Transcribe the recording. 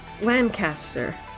Lancaster